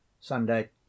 Sunday